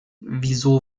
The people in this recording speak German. wieso